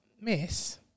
miss